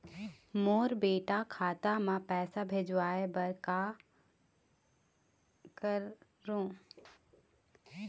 मोर बेटा खाता मा पैसा भेजवाए बर कर करों?